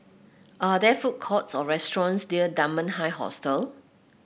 are there food courts or restaurants near Dunman High Hostel